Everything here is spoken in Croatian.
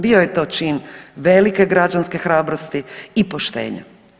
Bio je to čin velike građanske hrabrosti i poštenja.